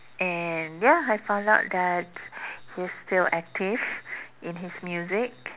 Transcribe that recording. and ya I found out that he's still active in his music